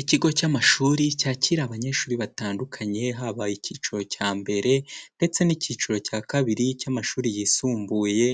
Ikigo cy'amashuri cyakira abanyeshuri batandukanye habaye icyiciro cya mbere ndetse n'icyiciro cya kabiri cy'amashuri yisumbuye,